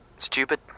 Stupid